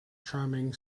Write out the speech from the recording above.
charming